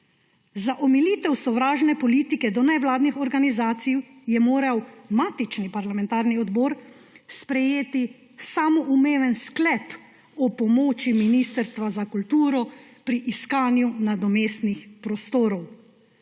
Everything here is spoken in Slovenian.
Za omilitev sovražne politike do nevladnih organizacij je moral matični parlamentarni odbor sprejeti samoumeven sklep o pomoči Ministrstva za kulturo pri iskanju nadomestnih prostorov,